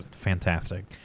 fantastic